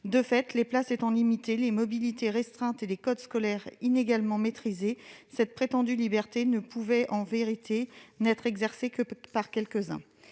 De fait, les places étant limitées, la mobilité restreinte et les codes scolaires inégalement maîtrisés, cette prétendue liberté ne pouvait, en vérité, être exercée que par quelques-uns.